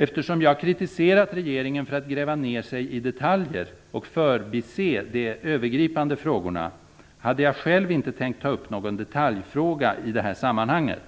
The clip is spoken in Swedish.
Eftersom jag kritiserat regeringen för att gräva ner sig i detaljer och förbise de övergripande frågorna, hade jag själv inte tänkt ta upp någon detaljfråga i det här sammanhanget.